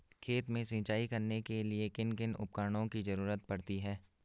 खेत में सिंचाई करने के लिए किन किन उपकरणों की जरूरत पड़ती है?